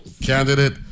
Candidate